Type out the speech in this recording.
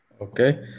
Okay